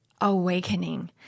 awakening